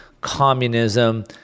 communism